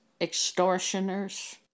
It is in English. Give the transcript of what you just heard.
extortioners